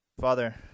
Father